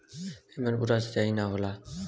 एमन पूरा सींचाई ना होला